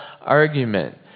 argument